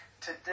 Today